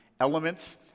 elements